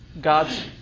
God's